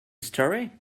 history